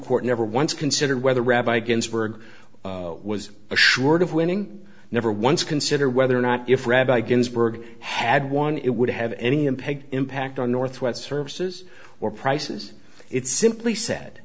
court never once considered whether rabbi ginsburg was assured of winning never once consider whether or not if rabbi ginsburg had won it would have any impact impact on northwest services or prices it simply said